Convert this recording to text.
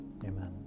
amen